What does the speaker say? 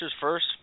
first